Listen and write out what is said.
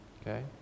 okay